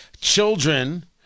children